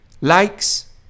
likes